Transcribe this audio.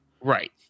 Right